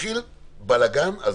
התחיל בלגן.